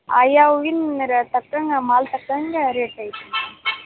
ಆಯಾ ಹೂವಿನ ಮಾಲು ತಕ್ಕಂಗೆ ರೇಟ್ ಐತೆ